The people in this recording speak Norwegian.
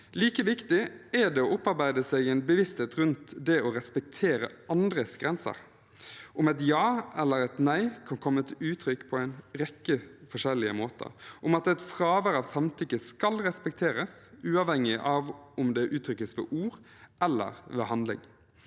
Like viktig er det å opparbeide seg en bevissthet rundt det å respektere andres grenser – om at et ja eller et nei kan komme til uttrykk på en rekke forskjellige måter, om at et fravær av samtykke skal respekteres, uavhengig av om det uttrykkes ved ord eller ved handling.